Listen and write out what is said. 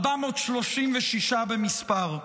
436 במספר.